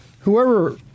Whoever